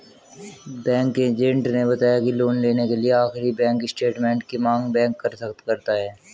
bank agent ने बताया की लोन लेने के लिए आखिरी बैंक स्टेटमेंट की मांग बैंक करता है